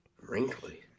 wrinkly